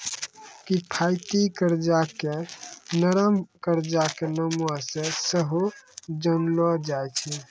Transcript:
किफायती कर्जा के नरम कर्जा के नामो से सेहो जानलो जाय छै